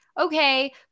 okay